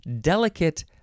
delicate